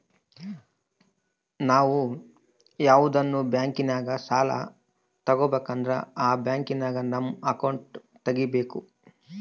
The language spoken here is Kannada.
ನಾವು ಯಾವ್ದನ ಬ್ಯಾಂಕಿನಾಗ ಸಾಲ ತಾಬಕಂದ್ರ ಆ ಬ್ಯಾಂಕಿನಾಗ ನಮ್ ಅಕೌಂಟ್ ತಗಿಬಕು